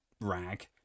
rag